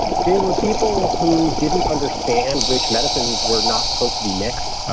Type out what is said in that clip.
they were people who didn't understand which medicines were not supposed to be mixed,